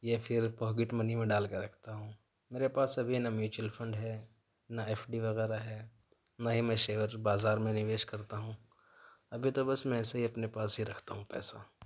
یا پھر pocket money میں ڈال کر رکھتا ہوں میرے پاس ابھی نہ میچوئل فنڈ ہے نہ ایف ڈی وغیرہ ہے نہ ہی میں شیئر بازار میں نویش کرتا ہوں ابھی تو بس میں ایسے ہی اپنے پاس ہی رکھتا ہوں پیسہ